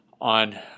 On